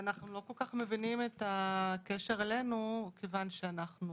אנחנו לא כל-כך מבינים את הקשר אלינו כיוון שאנחנו